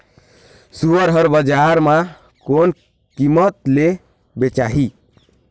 सुअर हर बजार मां कोन कीमत ले बेचाही?